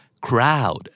Crowd